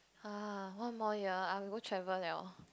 err one more year I'll go travel [liao]